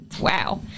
Wow